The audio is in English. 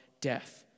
death